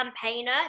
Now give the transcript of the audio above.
campaigner